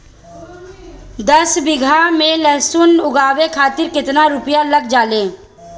दस बीघा में लहसुन उगावे खातिर केतना रुपया लग जाले?